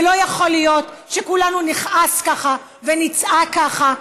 ולא יכול להיות שכולנו נכעס ככה ונצעק ככה.